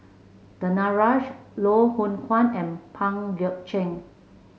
Danaraj Loh Hoong Kwan and Pang Guek Cheng